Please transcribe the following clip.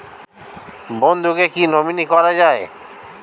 বন্ধুকে কী নমিনি করা যায়?